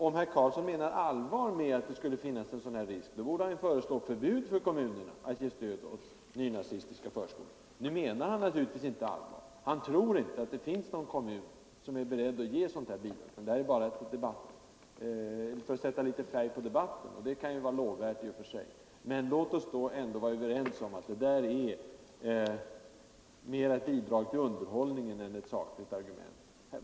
Om herr Karlsson menar allvar med att det skulle finnas en sådan här risk, borde han föreslå förbud för kommunerna att ge stöd åt nynazistiska förskolor. Nu menar han naturligtvis inte allvar, han tror inte att det finns någon kommun som är beredd att ge ett sådant bidrag. Hans resonemang är bara avsett att sätta litet färg på debatten, och det kan ju vara lovvärt i och för sig. Men låt oss då ändå vara överens om att det där är mera ett bidrag till underhållningen än ett sakligt argument.